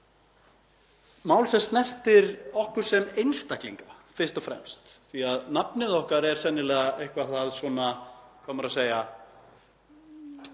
mál sem snertir okkur sem einstaklinga fyrst og fremst, því að nafnið okkar er sennilega eitthvað það nánasta sem